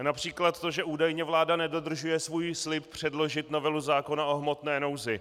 Například to, že údajně vláda nedodržuje svůj slib předložit novelu zákona o hmotné nouzi.